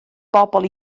bobl